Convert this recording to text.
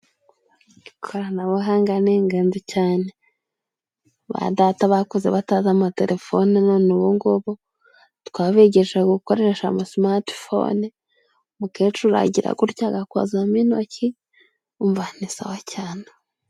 Ikoranabuhanga ni ingenzi cyane. Ba data bakuze batazi amatelefone, none ubungubu, twabigishije gukoresha amasimatifoni. Umukecuru agira gutya agakozamo intoki, umva ni sawa cyane.